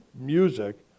music